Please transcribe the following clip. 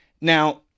Now